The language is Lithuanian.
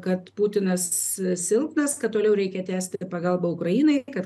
kad putinas silpnas kad toliau reikia tęsti pagalbą ukrainai kad